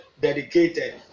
dedicated